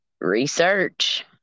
research